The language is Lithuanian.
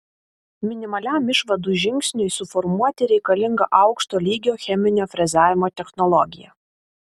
minimaliam išvadų žingsniui suformuoti reikalinga aukšto lygio cheminio frezavimo technologija